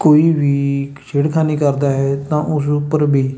ਕੋਈ ਵੀ ਛੇੜਖਾਨੀ ਕਰਦਾ ਹੈ ਤਾਂ ਉਸ ਉੱਪਰ ਵੀ